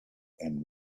and